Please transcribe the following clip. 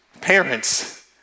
Parents